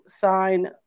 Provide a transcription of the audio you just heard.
sign